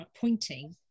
pointing